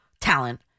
talent